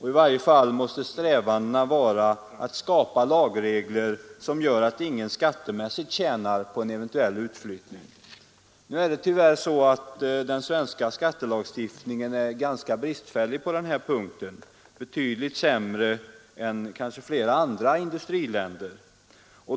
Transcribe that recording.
I varje fall måste strävandena syfta till att skapa lagregler som gör att ingen skattemässigt tjänar på en eventuell utflyttning. Nu är det tyvärr så att den svenska skattelagstiftningen är ganska bristfällig på denna punkt — betydligt sämre än i flera andra industriländer.